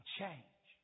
change